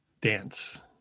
dance